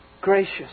gracious